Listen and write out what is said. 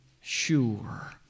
sure